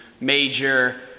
major